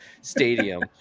stadium